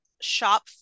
shop